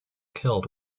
killed